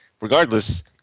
regardless